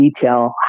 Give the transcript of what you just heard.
detail